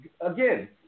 again